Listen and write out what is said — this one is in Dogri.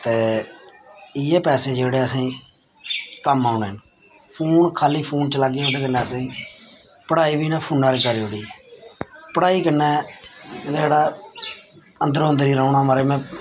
ते इयै पैसे जेह्ड़े असेंगी कम्म औने न फोन खाल्ली फोन चलागे ओह्दे कन्नै असेंगी पढ़ाई बी इ'नें फोन च चारी करी ओड़ी पढ़ाई कन्नै जेह्ड़ा अंदरो अंदर रौह्ना महाराज में